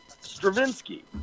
Stravinsky